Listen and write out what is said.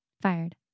Fired